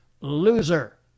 loser